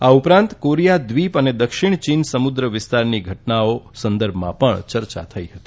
આ ઉપરાંત કોરીયા દ્વિપ અને દક્ષિણ ચીન સમુદ્ર વિસ્તારની ઘટનાઓ સંદર્ભમાં પણ ચર્ચા થઈ હતી